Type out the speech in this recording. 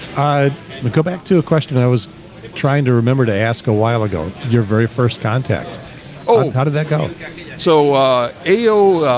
i but go back to a question. i was trying to remember to ask a while ago your very first contact oh, how did that go so a oh?